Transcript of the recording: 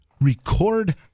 record